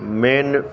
main